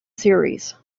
series